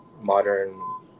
modern